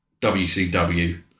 WCW